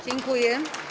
Dziękuję.